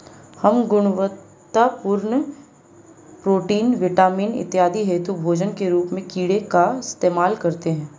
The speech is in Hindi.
हम गुणवत्तापूर्ण प्रोटीन, विटामिन इत्यादि हेतु भोजन के रूप में कीड़े का इस्तेमाल करते हैं